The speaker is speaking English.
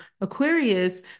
Aquarius